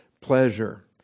pleasure